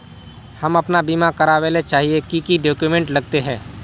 हम अपन बीमा करावेल चाहिए की की डक्यूमेंट्स लगते है?